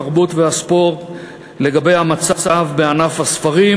התרבות והספורט לגבי המצב בענף הספרים,